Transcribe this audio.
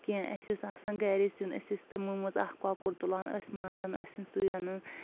کینٛہہ اسہِ اوس آسان گرے سیُن أسۍ ٲسۍ تِمو منٛز اکھ کۄکُر تُلان ٲسۍ ماران أسۍ ٲسۍ سُے رنان